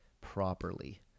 properly